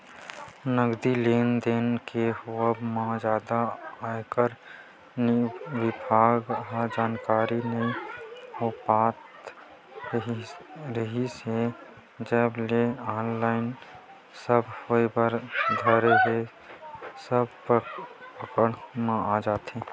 नगदी लेन देन के होवब म जादा आयकर बिभाग ल जानकारी नइ हो पात रिहिस हे जब ले ऑनलाइन सब होय बर धरे हे सब पकड़ म आ जात हे